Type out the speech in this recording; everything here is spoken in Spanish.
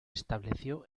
estableció